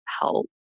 help